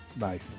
Nice